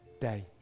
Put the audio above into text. day